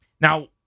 Now